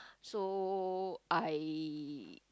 so I